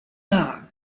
d’art